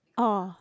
oh